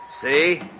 See